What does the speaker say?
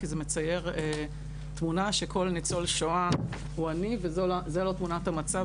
כי זה מצייר תמונה שכל ניצול שואה הוא עני וזה לא תמונת המצב,